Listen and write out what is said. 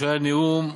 שהיה נאום,